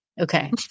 Okay